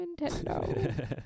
Nintendo